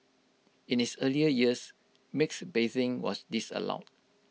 in its earlier years mixed bathing was disallowed